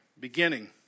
beginning